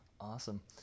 awesome